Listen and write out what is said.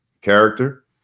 character